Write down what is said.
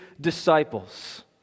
disciples